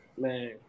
Man